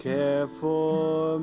care for